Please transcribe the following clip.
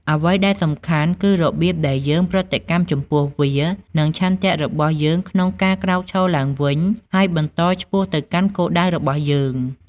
អ្វីដែលសំខាន់គឺរបៀបដែលយើងប្រតិកម្មចំពោះវា និងឆន្ទៈរបស់យើងក្នុងការក្រោកឈរឡើងវិញ ហើយបន្តឆ្ពោះទៅកាន់គោលដៅរបស់យើង។